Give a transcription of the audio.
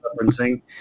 referencing